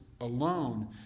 alone